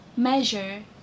Measure